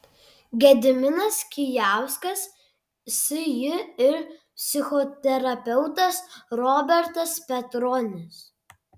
gediminas kijauskas sj ir psichoterapeutas robertas petronis